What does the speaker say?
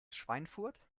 schweinfurt